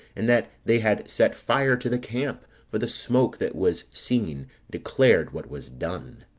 and that they had set fire to the camp for the smoke that was seen declared what was done.